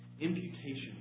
Imputation